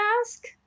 ask